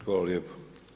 Hvala lijepo.